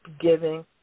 giving